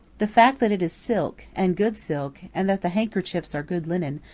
the fact that it is silk, and good silk, and that the handkerchiefs are good linen,